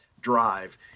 drive